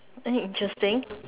eh interesting